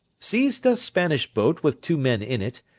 seized a spanish boat with two men in it,